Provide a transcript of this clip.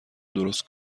درست